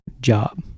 job